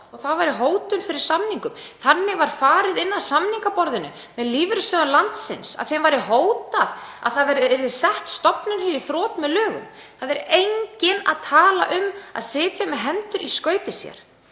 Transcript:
og það væri hótun fyrir samningum. Þannig var farið að samningaborðinu með lífeyrissjóðum landsins að þeim var hótað að hér yrði stofnun sett í þrot með lögum. Það er enginn að tala um að sitja með hendur í skauti.